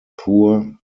poor